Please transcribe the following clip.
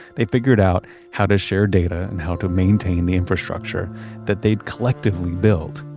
they figured out how to share data and how to maintain the infrastructure that they'd collectively built.